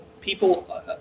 people